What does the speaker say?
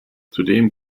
zudem